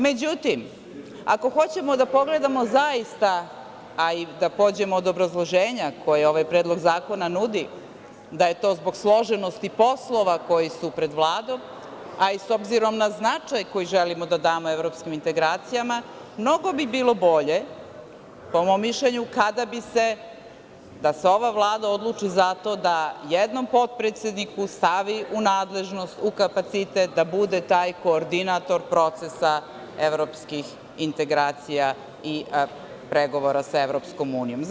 Međutim, ako hoćemo da pogledamo zaista, a i da pođemo od obrazloženja koje ovaj Predlog zakona nudi, da je to zbog složenosti poslova koji su pred Vladom, a i s obzirom na značaj koji želimo da damo evropskim integracijama, mnogo bi bilo bolje, po mom mišljenju, da se ova Vlada odluči za to da jednom potpredsedniku stavi u nadležnost, u kapacitet da bude taj koordinator procesa evropskih integracija i pregovora sa Evropskom unijom.